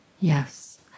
Yes